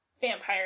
vampire